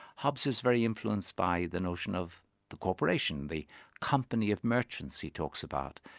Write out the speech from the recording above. hobbes is very influenced by the notion of the corporation, the company of merchants, he talks about,